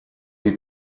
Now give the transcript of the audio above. die